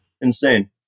insane